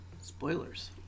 Spoilers